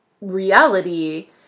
reality